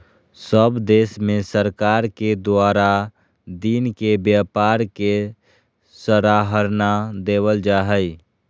सब देश में सरकार के द्वारा दिन के व्यापार के सराहना देवल जा हइ